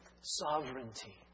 sovereignty